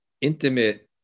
intimate